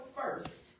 first